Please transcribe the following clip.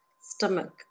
stomach